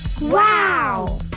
Wow